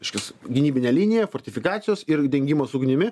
reiškias gynybinė linija fortifikacijos ir dengimas ugnimi